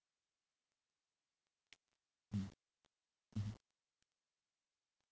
mm mmhmm